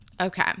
Okay